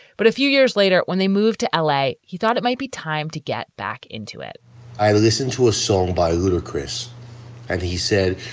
but a few years later, when they moved to l a, he thought it might be time to get back into it i listened to a song by ludacris and he said,